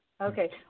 Okay